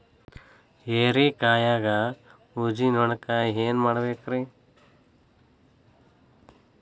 ಹೇರಿಕಾಯಾಗ ಊಜಿ ನೋಣಕ್ಕ ಏನ್ ಮಾಡಬೇಕ್ರೇ?